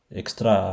extra